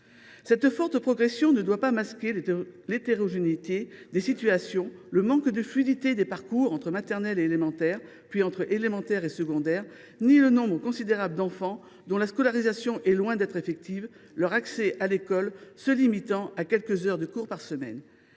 Cette forte progression ne doit pas masquer l’hétérogénéité des situations, le manque de fluidité des parcours entre écoles maternelle et élémentaire, puis entre le primaire et le secondaire, ni le nombre considérable d’enfants dont la scolarisation est loin d’être effective, leur accès à l’école se limitant à quelques heures de cours par semaine.